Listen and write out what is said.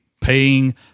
paying